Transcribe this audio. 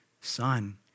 son